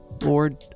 Lord